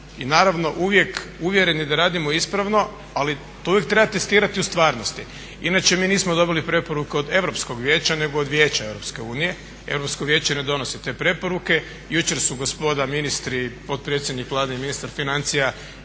naravno uvijek uvjereni da radimo ispravno, ali to uvijek treba testirati u stvarnosti. Inače mi nismo dobili preporuke od Europskog vijeća nego od Vijeća EU, Europsko vijeće ne donosi te preporuke. Jučer su gospoda ministri i potpredsjednik Vlade i ministar financija